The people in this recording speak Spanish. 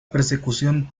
persecución